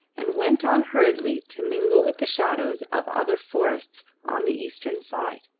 and went on hurriedly to mingle with the shadows of other forests on the eastern side.